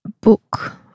book